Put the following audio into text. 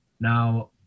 Now